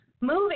moving